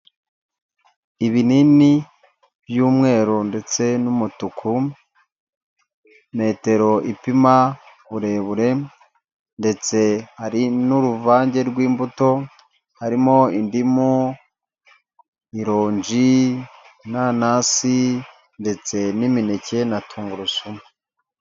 Ibinini by'umweru ndetse n'umutuku, metero ipima uburebure ndetse hari n'uruvange rw'imbuto harimo: indimu, ironji, inanasi ndetse n'imineke na tungurusumu.